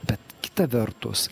bet kita vertus